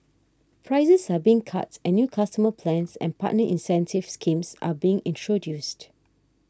prices are being cut and new consumer plans and partner incentive schemes are being introduced